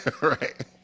right